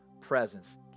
presence